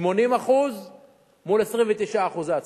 80% מול 29% הצלחה.